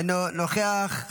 אינו נוכח,